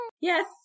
Yes